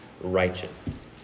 righteous